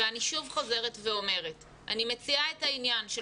אני שוב חוזרת ואומרת שאני מציעה את העניין של